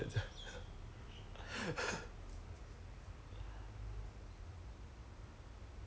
ya so I stress I mean you can see the crew ah 单单那个 crew 而已都很 stress liao lor